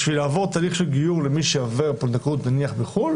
בשביל לעבור תהליך גיור למי שעובר פונדקאות בחו"ל נניח,